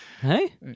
Hey